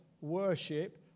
worship